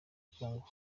congo